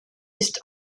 ist